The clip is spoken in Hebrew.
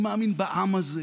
החוק הזה,